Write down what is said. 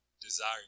desire